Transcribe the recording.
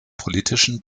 politischen